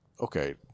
okay